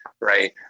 right